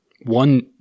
One